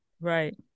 right